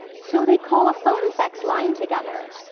so they call a phone sex line together.